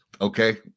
okay